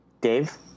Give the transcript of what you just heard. Dave